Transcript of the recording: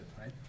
right